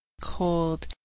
cold